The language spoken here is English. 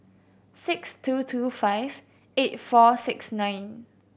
six two two five eight four six nine